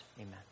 Amen